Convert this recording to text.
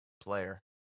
player